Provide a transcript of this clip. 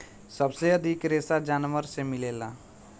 सबसे अधिक रेशा जानवर से मिलेला